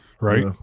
Right